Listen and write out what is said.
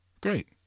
great